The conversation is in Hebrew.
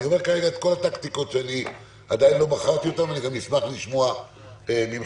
אני מציין כרגע את כל הטקטיקות שעדיין לא בחרתי ואני אשמח לשמוע גם מכם,